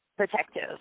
protective